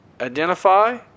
identify